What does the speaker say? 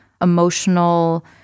emotional